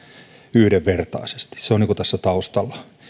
yhdenvertaisesti se on tässä taustalla